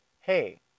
hey